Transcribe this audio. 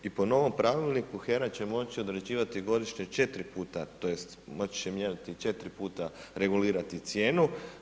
I po novom pravilniku HERA će moći određivati godišnje 4 puta, tj. moći će mijenjati 4 puta regulirati cijenu.